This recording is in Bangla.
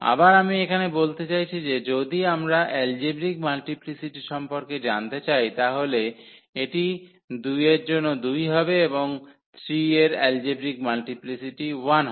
আবার আমি এখানে বলতে চাইছি যে যদি আমরা এলজেব্রিক মাল্টিপ্লিসিটি সম্পর্কে জানতে চাই তাহলে এটি 2 এর জন্য 2 হবে এবং 3 এর এলজেব্রিক মাল্টিপ্লিসিটি 1 হয়